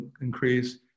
increase